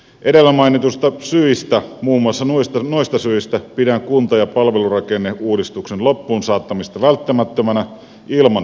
edellä mainituista syistä muun muassa noista syistä pidän kunta ja palvelurakenneuudistuksen loppuun saattamista välttämättömänä ilman pakkoa